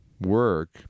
work